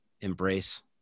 Embrace